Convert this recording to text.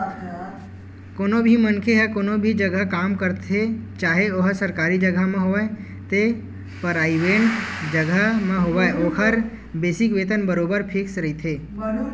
कोनो भी मनखे ह कोनो भी जघा काम करथे चाहे ओहा सरकारी जघा म होवय ते पराइवेंट जघा म होवय ओखर बेसिक वेतन बरोबर फिक्स रहिथे